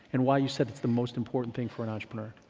and why you said it's the most important thing for an entrepreneur.